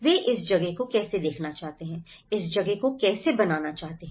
वे इस जगह को कैसे देखना चाहते हैं इस जगह को कैसे बनाना चाहते हैं